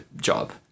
job